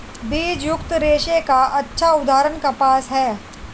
बीजयुक्त रेशे का अच्छा उदाहरण कपास है